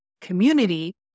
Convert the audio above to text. community